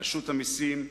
רשות המסים,